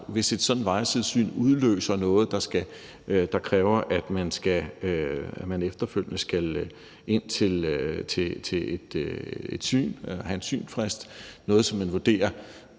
hvor et sådant vejsidesyn udløser noget, der kræver, at man efterfølgende skal ind til et syn og får en synsfrist i forbindelse med noget, som man vurderer